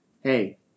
hey